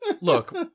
Look